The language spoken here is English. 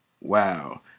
Wow